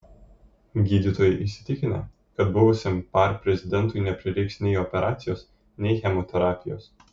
gydytojai įsitikinę kad buvusiam par prezidentui neprireiks nei operacijos nei chemoterapijos